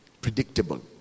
predictable